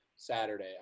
Saturday